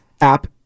app